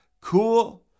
cool